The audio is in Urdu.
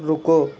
رکو